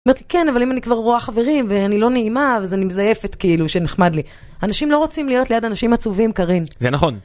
היא אומרת לי, כן, אבל אם אני כבר רואה חברים, ואני לא נעימה, ואז אני מזייפת, כאילו, שנחמד לי. אנשים לא רוצים להיות ליד אנשים עצובים, קרין. זה נכון.